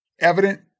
evident